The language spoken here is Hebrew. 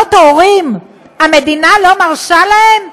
להיות הורים, המדינה לא מרשה להם?